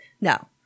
no